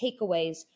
takeaways